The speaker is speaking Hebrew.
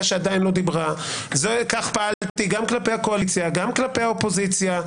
כך פעלתי גם כלפי הקואליציה, גם כלפי האופוזיציה.